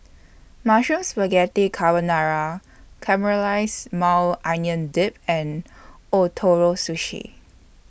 Mushroom Spaghetti Carbonara Caramelized Maui Onion Dip and Ootoro Sushi